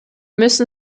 müssen